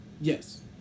Yes